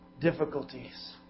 difficulties